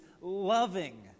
loving